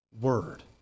word